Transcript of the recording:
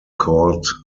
caught